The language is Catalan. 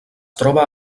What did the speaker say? troba